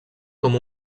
com